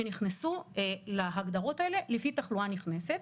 שנכנסו להגדרת האלה לפי תחלואה נכנסת.